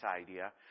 idea